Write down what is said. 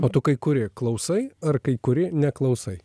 o tu kai kuri klausai ar kai kuri neklausai